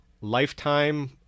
lifetime